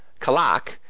Kalak